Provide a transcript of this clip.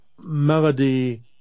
Melody